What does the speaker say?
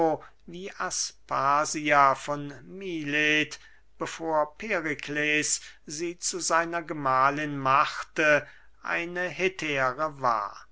wie aspasia von milet bevor perikles sie zu seiner gemahlin machte eine hetäre war